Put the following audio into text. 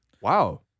wow